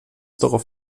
darauf